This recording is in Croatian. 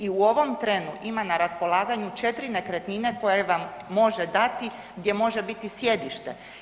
I u ovom trenu ima na raspolaganju 4 nekretnine koje vam može dati, gdje može biti sjedište.